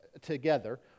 together